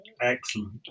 Excellent